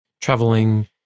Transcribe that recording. Traveling